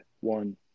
One